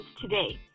today